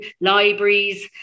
libraries